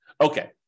Okay